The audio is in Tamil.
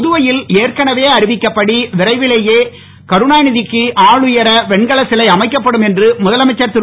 புதுவையில் ஏற்கனவே அறிவிக்கப்பட்டபடி விரைவிலேயே கருணாநிதிக்கு ஆளுயர வெண்கலச் சிலை அமைக்கப்படும் என்று முதலமைச்சர் திரு